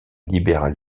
libérale